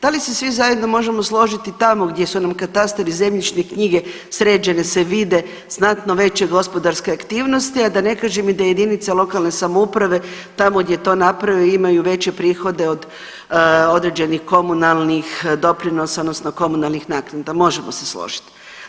Da li se svi zajedno možemo složiti tamo gdje su nam katastar i zemljišne knjige sređene, se vide znatno veće gospodarske aktivnosti, a da ne kažem i da jedinice lokalne samouprave, tamo gdje to naprave imaju veće prihode od određenih komunalnih doprinosa odnosno komunalnih naknada, možemo se složiti.